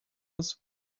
was